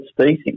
species